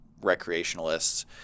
recreationalists